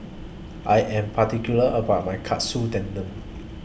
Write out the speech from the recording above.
I Am particular about My Katsu Tendon